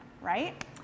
right